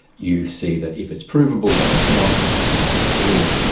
you see that if it's provable then it's not, and if it's not, then it is.